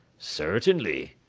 certainly.